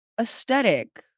aesthetic